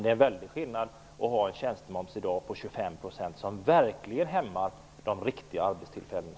Det är en väldig skillnad mot att ha en tjänstemoms som dagens 25 %, som verkligen hämmar de riktiga arbetstillfällena.